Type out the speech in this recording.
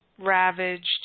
ravaged